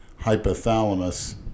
hypothalamus